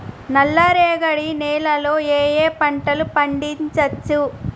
నల్లరేగడి నేల లో ఏ ఏ పంట లు పండించచ్చు?